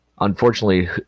Unfortunately